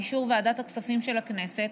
באישור ועדת הכספים של הכנסת,